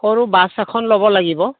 সৰু বাছ এখন ল'ব লাগিব